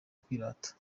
kwirata